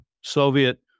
Soviet